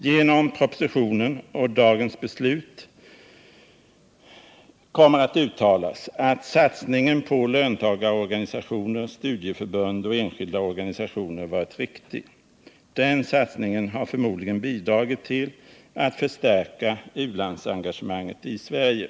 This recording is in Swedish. Genom dagens beslut kommer riksdagen att ställa sig bakom propositionens uttalande, att satsningen på löntagarorganisationer, studieförbund och enskilda organisationer varit riktig och att den satsningen förmodligen bidragit till att förstärka u-landsengagemanget i Sverige.